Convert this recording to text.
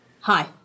Hi